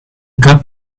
cap